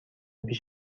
پیش